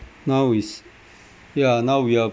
now is yeah now we uh